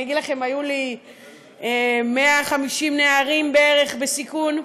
היו לי בערך 150 נערים בסיכון,